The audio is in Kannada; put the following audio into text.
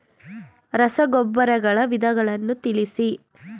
ರಸಗೊಬ್ಬರಗಳ ವಿಧಗಳನ್ನು ತಿಳಿಸಿ?